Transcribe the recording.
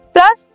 Plus